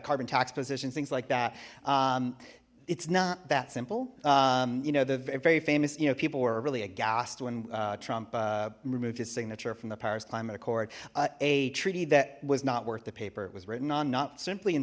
carbon tax positions things like that it's not that simple you know the very famous you know people were really aghast when trump removed his signature from the paris climate accord a treaty that was not worth the paper it was written on not simply in